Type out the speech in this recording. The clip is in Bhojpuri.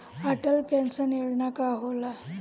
अटल पैंसन योजना का होला?